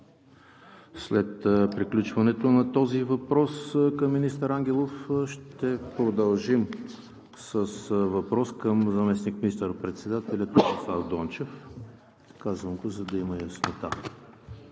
След приключването на този въпрос към министър Ангелов ще продължим с въпрос към заместник министър-председателя Томислав Дончев. Казвам го, за да има яснота